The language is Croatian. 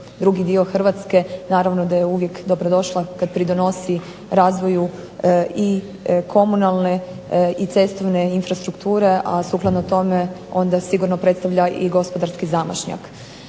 drugi dio Hrvatske, naravno da je uvijek dobrodošla kad pridonosi razvoju i komunalne i cestovne infrastrukture, a sukladno tome onda sigurno predstavlja i gospodarski zamašnjak.